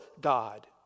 God